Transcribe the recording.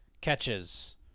catches